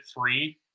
three